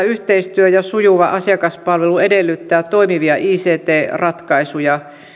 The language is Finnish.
yhteistyö ja sujuva asiakaspalvelu edellyttävät toimivia ict ratkaisuja